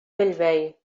bellvei